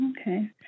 Okay